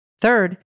Third